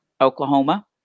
Oklahoma